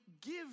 give